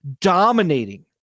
dominating